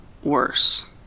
Worse